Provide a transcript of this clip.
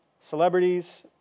Celebrities